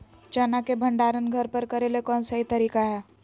चना के भंडारण घर पर करेले कौन सही तरीका है?